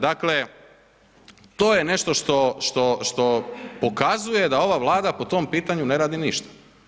Dakle to je nešto što pokazuje da ova Vlada po tom pitanju ne radi ništa.